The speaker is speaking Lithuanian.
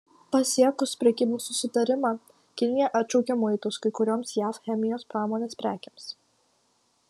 pasiekus prekybos susitarimą kinija atšaukė muitus kai kurioms jav chemijos pramonės prekėms